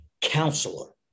counselor